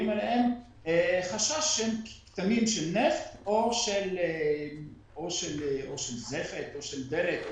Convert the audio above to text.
עליהם חשש שהם כתמים של נפט או של זפת או של דלק,